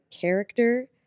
character